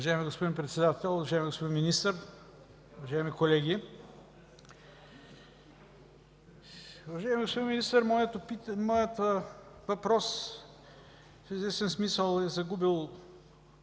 Уважаеми господин Председател, уважаеми господин Министър, уважаеми колеги! Уважаеми господин Министър, моят въпрос в известен смисъл е загубил